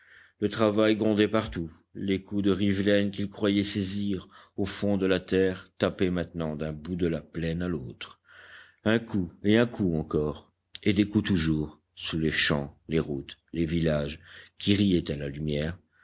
le travail grondait partout les coups de rivelaine qu'il croyait saisir au fond de la terre tapaient maintenant d'un bout de la plaine à l'autre un coup et un coup encore et des coups toujours sous les champs les routes les villages qui riaient à la lumière